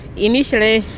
initially,